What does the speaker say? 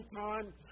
time